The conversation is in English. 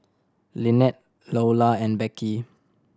Lynnette Loula and Beckie